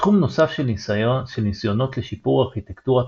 תחום נוסף של ניסיונות לשיפור ארכיטקטורת